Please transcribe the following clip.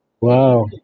Wow